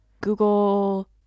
Google